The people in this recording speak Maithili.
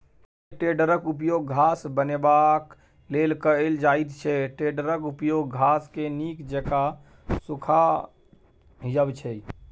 हे टेडरक उपयोग घास बनेबाक लेल कएल जाइत छै टेडरक उपयोग घासकेँ नीक जेका सुखायब छै